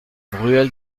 ruelle